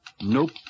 Nope